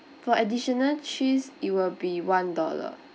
for additional cheese it will be one dollar